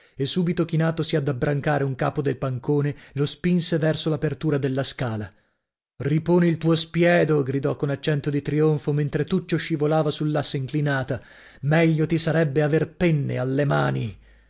e subito chinatosi ad abbrancare un capo del pancone lo spinse verso l'apertura della scala riponi il tuo spiedo gridò con accento di trionfo mentre tuccio scivolava sull'asse inclinata meglio ti sarebbe aver penne alle mani